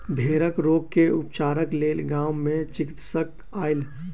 भेड़क रोग के उपचारक लेल गाम मे चिकित्सक आयल